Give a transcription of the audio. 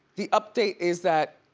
the update is that